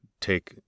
take